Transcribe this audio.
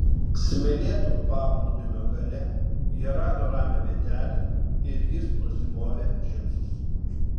smėlėto paplūdimio gale jie rado ramią vietelę ir jis nusimovė džinsus